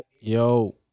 Yo